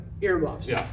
Earmuffs